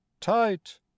tight